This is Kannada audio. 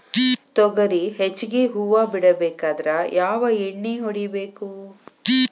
ತೊಗರಿ ಹೆಚ್ಚಿಗಿ ಹೂವ ಬಿಡಬೇಕಾದ್ರ ಯಾವ ಎಣ್ಣಿ ಹೊಡಿಬೇಕು?